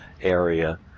area